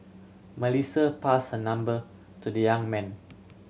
Melissa pass her number to the young man